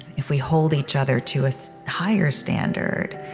if we hold each other to a so higher standard,